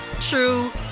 true